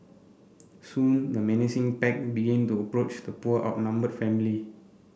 soon the menacing pack began to approach the poor outnumbered family